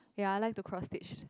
ya I like to cross stitch